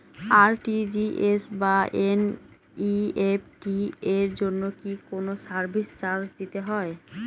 RTGS বা NEFT এর জন্য কি কোনো সার্ভিস চার্জ দিতে হয়?